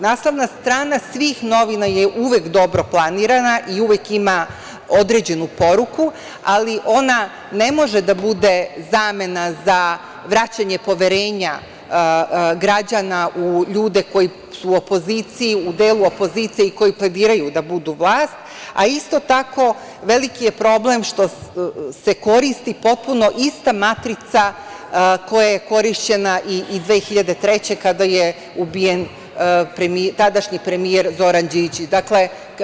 Naslovna strana svih novina je uvek dobro planirana i uvek ima određenu poruku, ali ona ne može da bude zamena za vraćanje poverenja građana u ljude koji su u opoziciji, u delu opozicije i koji planiraju da budu vlast, a isto tako veliki je problem što se koristi potpuno ista matrica koja je korišćena i 2003. godine kada je ubijen tadašnji premijer Zoran Đinđić.